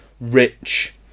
Rich